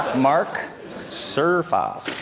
mark surfas.